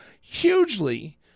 hugely